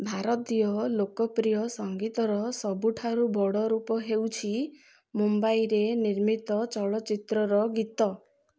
ଭାରତୀୟ ଲୋକପ୍ରିୟ ସଂଗୀତର ସବୁଠାରୁ ବଡ଼ ରୂପ ହେଉଛି ମୁମ୍ବାଇରେ ନିର୍ମିତ ଚଳଚ୍ଚିତ୍ରର ଗୀତ